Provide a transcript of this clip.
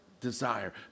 desire